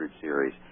series